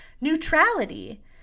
neutrality